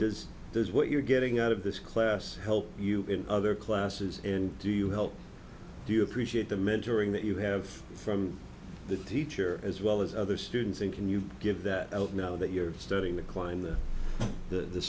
there's what you're getting out of this class help you in other classes and do you help do you appreciate the mentoring that you have from the teacher as well as other students and can you get that i don't know that you're studying the climate the